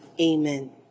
Amen